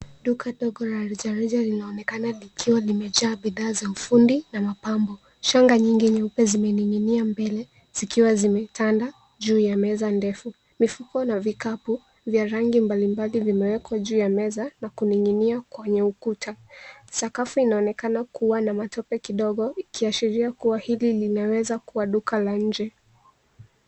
Duka ndogo la rejareja linaonekana likiwa limejaa bidhaa za ufundi na mapambo. Shanga nyingi nyeupe zimening'inia mbele zikiwa zimetanda juu ya meza ndefu. Mifuko na vikapa vya rangi mbalimbali, vimwekwa juu ya meza na kuning'inia kwenye ukuta. Sakafu inaonekana kuwa na matope kidogo, ikiashiria kuwa hili linaweza kuwa duka la nje.